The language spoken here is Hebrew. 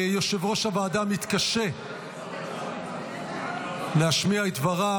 יושב-ראש הוועדה מתקשה להשמיע את דבריו.